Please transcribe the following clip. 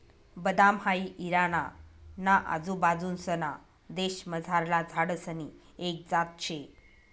बदाम हाई इराणा ना आजूबाजूंसना देशमझारला झाडसनी एक जात शे